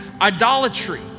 idolatry